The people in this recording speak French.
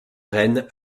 reine